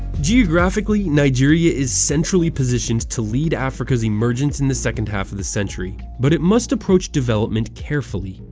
geographically, nigeria is centrally-positioned to lead africa's emergence in the second half of the century, but it must approach development carefully.